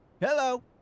hello